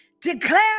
declare